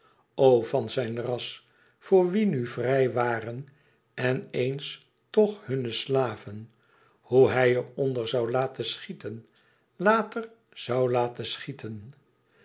van zijn ras voor wie nu vrij waren en eens toch hunne slaven hoe hij er onder zoû laten schieten later zoû laten schieten